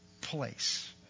place